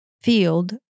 field